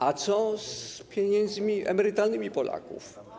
A co z pieniędzmi emerytalnymi Polaków?